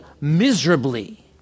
miserably